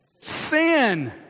sin